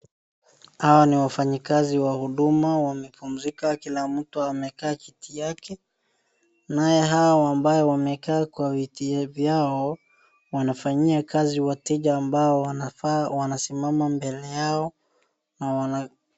Hawa ni wafanyikazi wa Huduma. Wamepumzika kila mtu amekaa kiti yake. Naye hawa ambao wamekaa kwa viti vyao wanafanyia kazi wateja ambao wanafaa wanasimama mbele yao na wana...